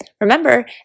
Remember